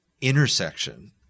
intersection